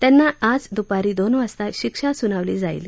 त्यांना आज दुपारी दोन वाजता शिक्षा सुनावली जाईल